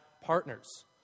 partners